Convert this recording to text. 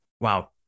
Wow